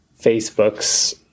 Facebook's